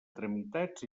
tramitats